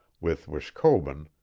with wishkobun,